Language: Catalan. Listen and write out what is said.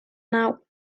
nau